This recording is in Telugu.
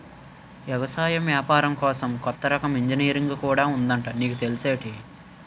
ఎగసాయం ఏపారం కోసం కొత్త రకం ఇంజనీరుంగు కూడా ఉందట నీకు తెల్సేటి?